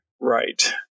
right